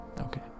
Okay